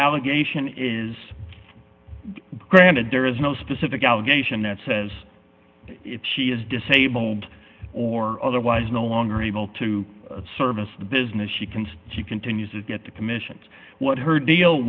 allegation is granted there is no specific allegation that says if she is disabled or otherwise no longer able to service the business she can she continues to get the commissions what her deal